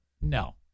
no